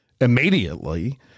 immediately